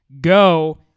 go